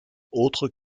autres